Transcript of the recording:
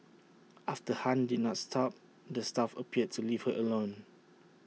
after han did not stop the staff appeared to leave her alone